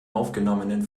aufgenommenen